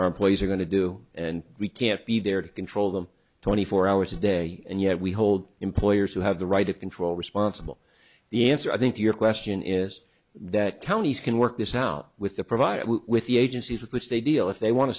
employees are going to do and we can't be there to control them twenty four hours a day and yet we hold employers who have the right of control responsible the answer i think to your question is that counties can work this out with the provider with the agencies with which they deal if they want to